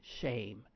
shame